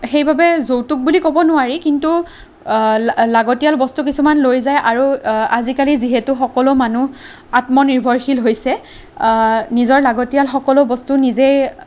সেইবাবে যৌতুক বুলি ক'ব নোৱাৰি কিন্তু লা লাগতীয়াল বস্তু কিছুমান লৈ যায় আৰু আজিকালি যিহেতু সকলো মানুহ আত্মনিৰ্ভৰশীল হৈছে নিজৰ লাগতীয়াল সকলো বস্তু নিজে